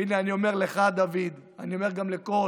והינה, אני אומר לך, דוד, אני אומר גם לכל